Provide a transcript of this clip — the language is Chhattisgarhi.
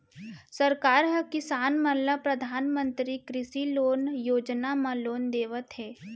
सरकार ह किसान मन ल परधानमंतरी कृषि लोन योजना म लोन देवत हे